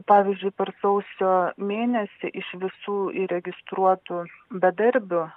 pavyzdžiui per sausio mėnesį iš visų įregistruotų bedarbių